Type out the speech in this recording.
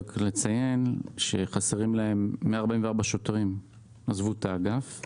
אני רק אציין ש-144 שוטרים עזבו את האגף.